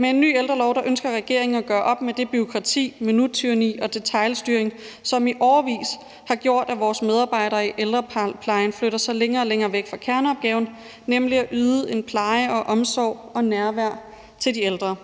en ny ældrelov ønsker regeringen at gøre op med det bureaukrati og minuttyranni og den detailstyring, som i årevis har gjort, at vores medarbejdere i ældreplejen flytter sig længere og længere væk fra kerneopgaven, nemlig at yde en pleje og omsorg og et nærvær til de ældre.